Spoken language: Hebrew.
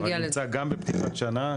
זה נמצא גם בפתיחת השנה.